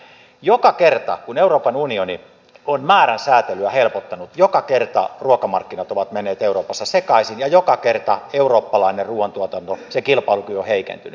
joka kerta kun euroopan unioni on määrän sääntelyä helpottanut joka kerta ruokamarkkinat ovat menneet euroopassa sekaisin ja joka kerta eurooppalainen ruuantuotannon kilpailukyky on heikentynyt